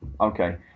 okay